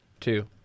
two